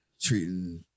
Treating